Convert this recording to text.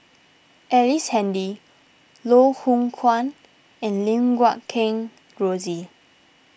Ellice Handy Loh Hoong Kwan and Lim Guat Kheng Rosie